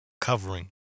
covering